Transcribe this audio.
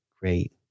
great